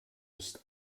ist